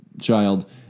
child